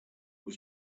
was